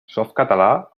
softcatalà